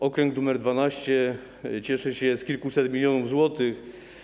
Okręg nr 12 cieszy się z kilkuset milionów złotych.